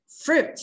fruit